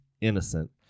innocent